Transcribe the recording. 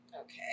Okay